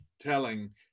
telling